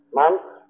months